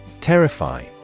Terrify